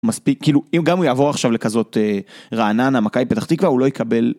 מספיק כאילו אם גם הוא יעבור עכשיו לכזאת רעננה, מכבי פתח תקווה, הוא לא יקבל...